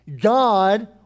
God